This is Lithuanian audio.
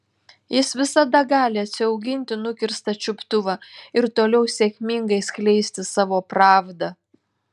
jis visada gali atsiauginti nukirstą čiuptuvą ir toliau sėkmingai skleisti savo pravdą